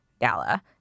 Gala